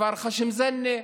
כפר חשם זאנה.